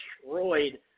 destroyed